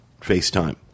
FaceTime